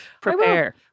prepare